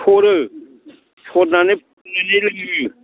स'रो सरनानै फुदुंनानै लोङो